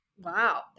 wow